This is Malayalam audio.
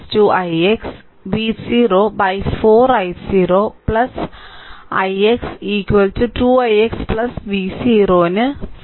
i0 ix 2 ix V0 ന് 4 V0 4 ആണ്